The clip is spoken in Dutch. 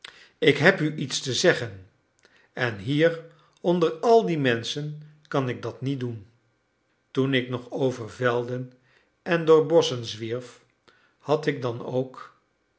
ik heb u iets te zeggen en hier onder al die menschen kan ik dat niet doen toen ik nog over velden en door bosschen zwierf had ik dan ook